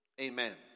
Amen